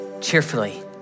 cheerfully